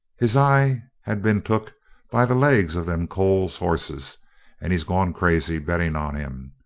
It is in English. his eye has been took by the legs of them coles hosses and he's gone crazy betting on em.